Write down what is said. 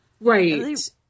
Right